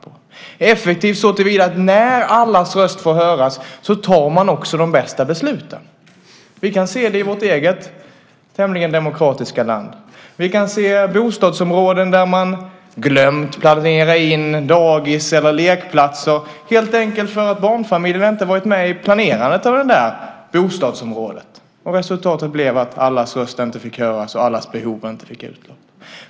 Det är effektivt så till vida att när allas röst får höras tar man också de bästa besluten. Vi kan se detta i vårt eget tämligen demokratiska land. Vi kan se bostadsområden där man har glömt att planera in dagis eller lekplatser helt enkelt för att barnfamiljerna inte varit med i planerandet av området. Allas röst fick inte höras, och resultatet blev att allas behov inte blev tillgodosedda.